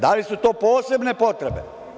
Da li su to posebne potrebe.